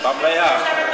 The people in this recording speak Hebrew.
שבוע הבא במליאה.